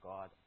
God